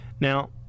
Now